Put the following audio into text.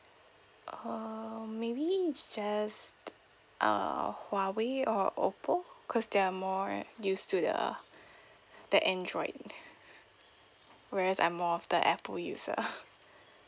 uh maybe just uh huawei or oppo cause they are more used to the the android whereas I'm more of the apple user